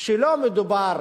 שלא מדובר